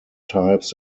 types